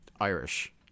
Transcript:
Irish